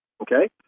Okay